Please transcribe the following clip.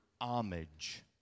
homage